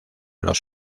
los